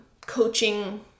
coaching